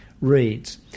reads